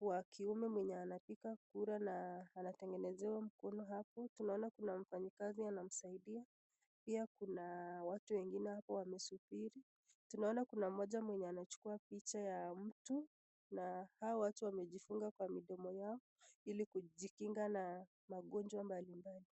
wa kiume mwenye anapiga kura na anatengenezewa mkono hapo, tunaona kuna mfanyikazi anamsaidia pia kuna watu wengine hapo wamesubiri, tumeona kuna mmoja mwenye anachukua picha ya mtu na hawa watu wamejifunga kwa midomo yao ili kujikinga magonjwa mbalimbali.